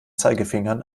zeigefinger